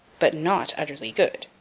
but not utterly good.